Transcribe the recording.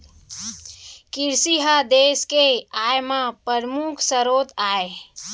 किरसी ह देस के आय म परमुख सरोत आय